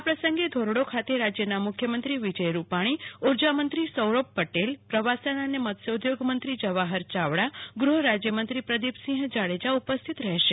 આ પ્રસંગે ધોરડો ખાતે રાજયના મુખ્યમંત્રી વિજય રૂપાણી ઉર્જા મંત્રી સૌરભ પટેલ પ્રવાસન અને મત્સ્યધોગમંત્રી જવાહર ચાવડા ગૃહરાજ્યમંત્રી પ્રદિ પસિંહ જાડેજા ઉપસ્થિત રહેશે